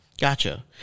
Gotcha